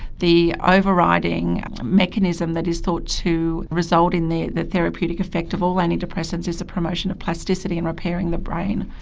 the overriding mechanism that is thought to result in the the therapeutic effect of all antidepressants is a promotion of plasticity and repairing the brain.